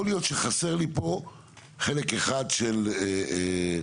יכול להיות שחסר לי פה חלק אחד של היוועצות,